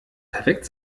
perfekt